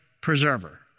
preserver